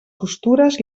costures